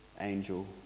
angel